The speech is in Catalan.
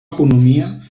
economia